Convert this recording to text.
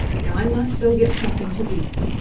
now i must go get something to eat,